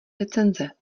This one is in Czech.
recenze